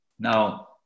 Now